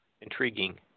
intriguing